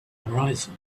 horizon